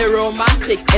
romantic